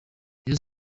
rayon